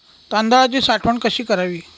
तांदळाची साठवण कशी करावी?